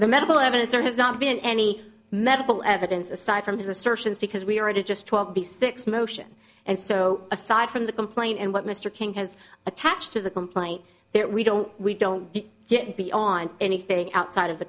the medical evidence there has not been any medical evidence aside from his assertions because we already just twelve b six motion and so aside from the complaint and what mr king has attached to the complaint that we don't we don't yet beyond anything outside of the